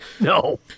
No